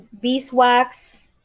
beeswax